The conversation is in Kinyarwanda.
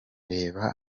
reba